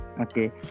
Okay